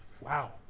Wow